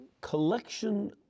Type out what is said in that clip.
collection